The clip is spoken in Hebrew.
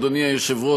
אדוני היושב-ראש,